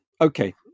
Okay